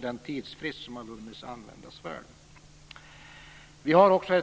Den tidsfrist som har vunnits måste användas för det. Herr talman! Vi har också